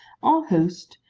our host,